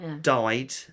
died